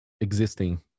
existing